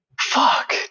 Fuck